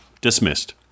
Dismissed